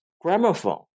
gramophone